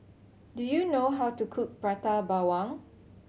do you know how to cook Prata Bawang